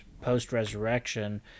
post-resurrection